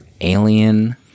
alien